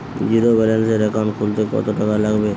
জিরোব্যেলেন্সের একাউন্ট খুলতে কত টাকা লাগবে?